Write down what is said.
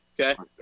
okay